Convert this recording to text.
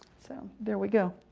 so there we go.